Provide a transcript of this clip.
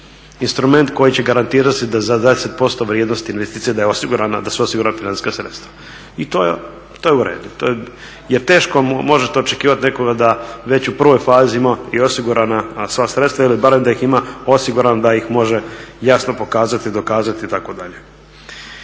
instrument koji će garantirati da za …/Govornik se ne razumije./… % vrijednosti investicije da je osigurana, da su osigurana financijska sredstva. I to je u redu. Jer teško možete očekivati od nekoga da već u prvoj fazi ima i osigurana sva sredstva ili barem da ih ma osigurana da ih može jasno pokazati i dokazati itd..